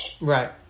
right